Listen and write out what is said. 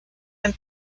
and